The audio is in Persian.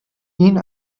این